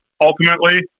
ultimately